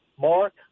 Mark